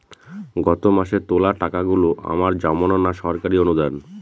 গত মাসের তোলা টাকাগুলো আমার জমানো না সরকারি অনুদান?